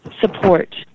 support